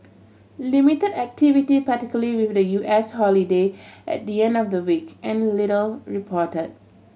limited activity particularly with the U S holiday at the end of the week and little report